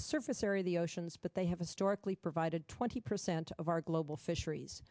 the surface area of the oceans but they have a stork lee provided twenty percent of our global fisheries